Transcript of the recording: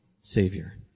Savior